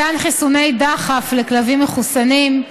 מתן חיסוני דחף לכלבים מחוסנים,